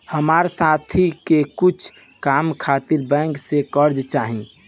हमार साथी के कुछ काम खातिर बैंक से कर्जा चाही